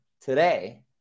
today